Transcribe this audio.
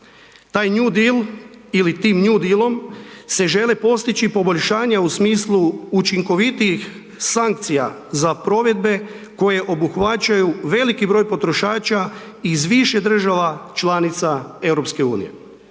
taj New Deal ili tim New Deal-om se žele postići poboljšanja u smislu učinkovitijih sankcija za provedbe koje obuhvaćaju veliki broj potrošača iz više država članica EU.